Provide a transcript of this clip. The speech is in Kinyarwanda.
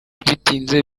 bitinze